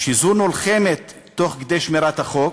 שזו נלחמת תוך כדי שמירת החוק,